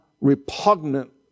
repugnant